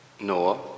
Noah